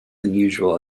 unusual